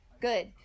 good